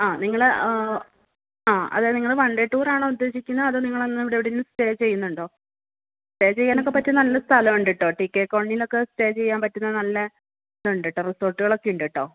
ആ നിങ്ങൾ ആ അതായത് നിങ്ങൾ വൺ ഡേ ടൂറാണോ ഉദ്ദേശിക്കുന്നത് അതോ നിങ്ങളന്നിവിടെവിടേലും സ്റ്റേ ചെയ്യുന്നുണ്ടോ സ്റ്റേ ചെയ്യാനൊക്കെ പറ്റിയ നല്ല സ്ഥലോണ്ടെട്ടോ ടി കെ കോണ്ടിലൊക്കെ സ്റ്റേ ചെയ്യാൻ പറ്റുന്ന നല്ല ഇതൊണ്ടെട്ടോ റിസോർട്ടളൊക്കെയുണ്ടെട്ടോ